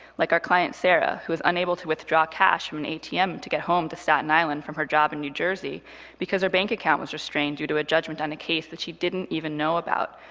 like our client sarah, who is unable to withdraw cash from the and atm to get home to staten island from her job in new jersey because her bank account was restrained due to a judgment on a case that she didn't even know about.